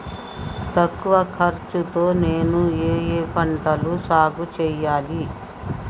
తక్కువ ఖర్చు తో నేను ఏ ఏ పంటలు సాగుచేయాలి?